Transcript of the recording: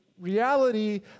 reality